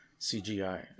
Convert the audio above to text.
CGI